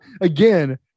Again